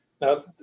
Now